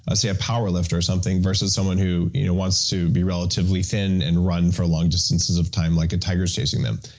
ah say a power-lifter or something versus someone who wants to be relatively thin and run for long distances of time, like a tiger's chasing them.